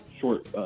short